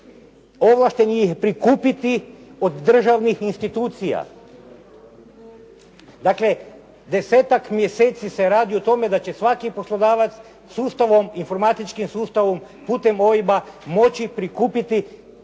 Ovlašten je ih prikupiti od državnih institucija. Dakle, desetak mjeseci se radi o tome da će svaki poslodavac sustavom, informatičkim sustavom putem OIB-a moći prikupiti